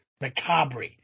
Macabre